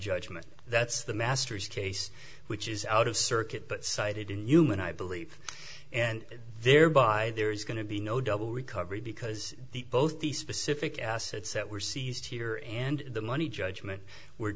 judgment that's the masters case which is out of circuit but cited in human i believe and thereby there is going to be no double recovery because both the specific assets that were seized here and the money judgment were